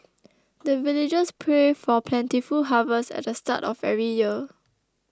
the villagers pray for plentiful harvest at the start of every year